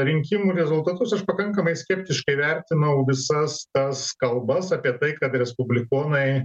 rinkimų rezultatus aš pakankamai skeptiškai vertinau visas tas kalbas apie tai kad respublikonai